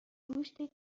گوشت